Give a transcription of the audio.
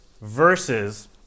versus